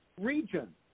region